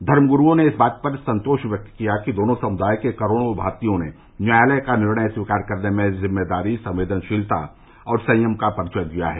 धर्म गुरूओं ने इस बात पर संतोष व्यक्त किया कि दोनों समुदायों के करोड़ों भारतीयों ने न्यायालय का निर्णय स्वीकार करने में जिम्मेदारी संवेदनशीलता और संयम का परिचय दिया है